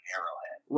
Arrowhead